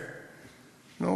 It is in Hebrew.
נו,